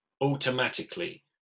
automatically